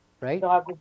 Right